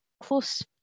close